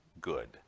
good